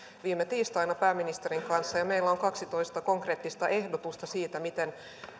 viime tiistaina pääministerin kanssa meillä on kaksitoista konkreettista ehdotusta siitä miten